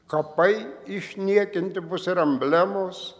kapai išniekinti bus ir emblemos